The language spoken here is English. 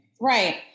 Right